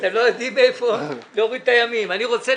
זה אותו הסבר שנתנו קודם, הוא חל גם